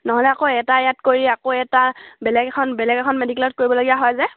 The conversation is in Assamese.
নহ'লে আকৌ এটা ইয়াত কৰি আকৌ এটা বেলেগ এখন বেলেগ এখন মেডিকেলত কৰিবলগীয়া হয় যে